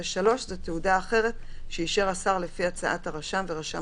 (3) תעודה אחרת שאישר השר לפי הצעת הרשם ורשם